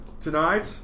tonight